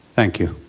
thank you.